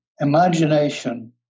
imagination